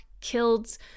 killed